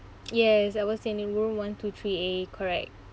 yes I was in room one to three A correct